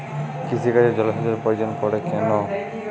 কৃষিকাজে জলসেচের প্রয়োজন পড়ে কেন?